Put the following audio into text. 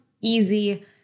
easy